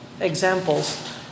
examples